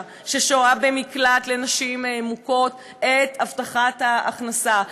ששוהה במקלט לנשים מוכות את הבטחת ההכנסה,